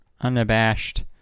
unabashed